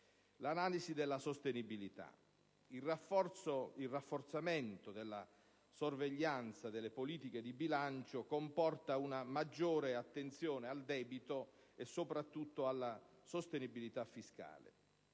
l'analisi della sostenibilità, il rafforzamento della sorveglianza delle politiche di bilancio comporta una maggiore attenzione al debito e, soprattutto, alla sostenibilità fiscale.